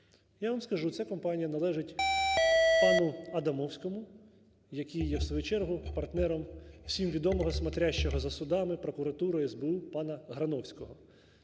Я вам скажу, ця компанія належить пану Адамовському, який є, в свою чергу, партнером, всім відомого, "смотрящего" за судами, прокуратурою, СБУ пана Грановського.